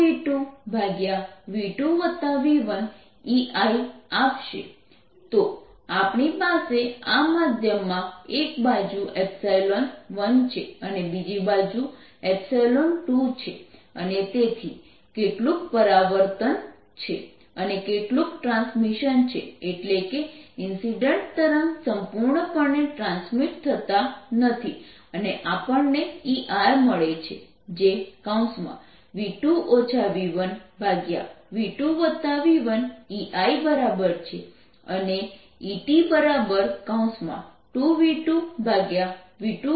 ERv2 v1v2v1EI ETEIER2v2v2v1EI તો આપણી પાસે આ માધ્યમમાં એક બાજુ 1 છે અને બીજી બાજુ 2 છે અને તેથી કેટલુંક પરાવર્તન છે અને કેટલુંક ટ્રાન્સમીશન છે એટલે કે ઇન્સિડેન્ટ તરંગ સંપૂર્ણપણે ટ્રાન્સમીટ થતા નથી અને આપણને ER મળે છે જે v2 v1v2v1EI બરાબર છે અને ET2v2v2v1EI છે